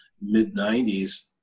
mid-90s